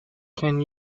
can